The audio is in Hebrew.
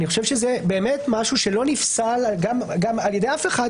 אני חושב שזה באמת משהו שלא נפסל על ידי אף אחד,